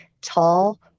tall